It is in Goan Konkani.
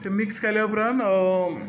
मिक्स केले उपरांत